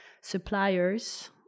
suppliers